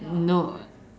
no